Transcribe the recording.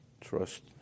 Trust